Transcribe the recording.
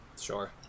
Sure